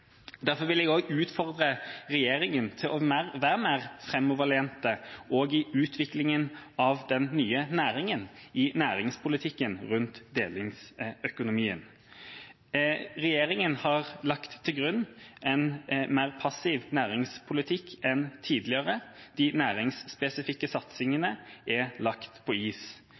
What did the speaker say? Derfor vil jeg også utfordre regjeringa til å være mer framoverlent, også i utviklingen av den nye næringen i næringspolitikken rundt delingsøkonomien. Regjeringa har lagt til grunn en mer passiv næringspolitikk enn tidligere. De næringsspesifikke satsingene er lagt på is.